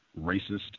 racist